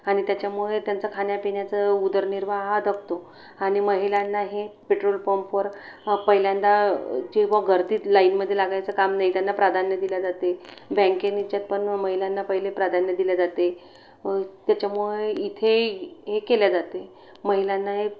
आणि त्याच्यामुळे त्यांचा खाण्यापिण्याचा उदरनिर्वाहा दबतो आणि महिलांनाही पेट्रोल पंपवर पहिल्यांदा जेव्हा गर्दीत लाईनमध्ये लागायचं काम नाही त्यांना प्राधान्य दिल्या जाते बॅंकेनी येच्यात पण महिलांना पहिले प्राधान्य दिल्या जाते त्याच्यामुळे इथे हे केल्या जाते महिलांना आहे